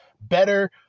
Better